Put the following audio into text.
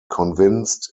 convinced